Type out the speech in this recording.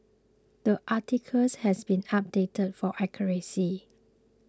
the articles has been updated for accuracy